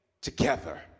together